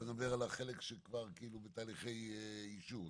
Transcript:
אתה מדבר על החלק שכבר בתהליכי אישור,